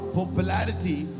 popularity